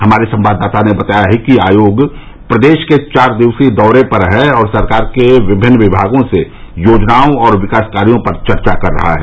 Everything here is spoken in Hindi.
हमारे संवाददाता ने बताया कि आयोग प्रदेश के चार दिवसीय दौरे पर है और सरकार के विभिन्न विभागों से योजनाओं और विकास कायों पर चर्चा कर रहा है